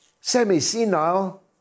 semi-senile